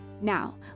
Now